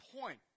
point